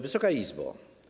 Wysoka Izbo!